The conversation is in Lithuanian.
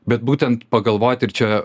bet būtent pagalvot ir čia